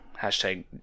Hashtag